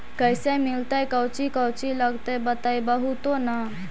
कैसे मिलतय कौची कौची लगतय बतैबहू तो न?